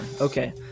Okay